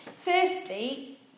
Firstly